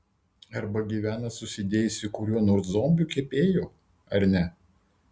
arba gyvena susidėjusi su kuriuo nors zombiu kepėju ar ne